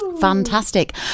fantastic